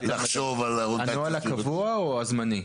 הנוהל הקבוע או הזמני?